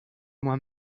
moins